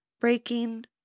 breaking